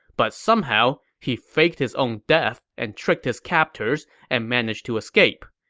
but somehow, he faked his own death and tricked his captors and managed to escape.